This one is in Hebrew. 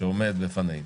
שעומד בפנינו.